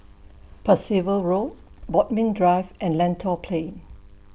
Percival Road Bodmin Drive and Lentor Plain